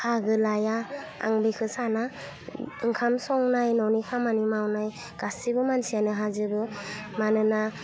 बाहागो लाया आं बेखौ साना ओंखाम संनाय न'नि खामानि मावनाय गासिबो मानसियानो हाजोबो मानोना